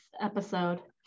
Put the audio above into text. episode